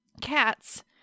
cats